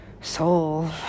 soul